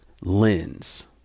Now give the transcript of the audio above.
lens